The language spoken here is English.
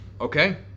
Okay